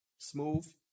smooth